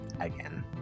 again